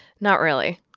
not really.